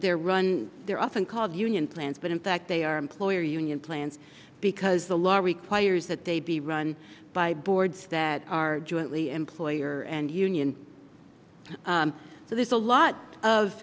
they're run they're often called union plans but in fact they are employer union plans because the law requires that they be run by boards that are jointly employer and union so there's a lot of